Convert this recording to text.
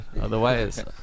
Otherwise